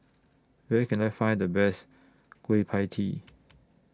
Where Can I Find The Best Kueh PIE Tee